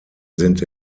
sind